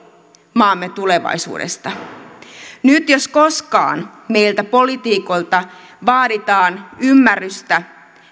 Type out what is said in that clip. maamme tulevaisuudesta nyt jos koskaan meiltä poliitikoilta vaaditaan ymmärrystä